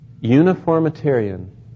uniformitarian